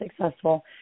successful